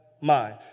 mind